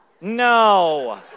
No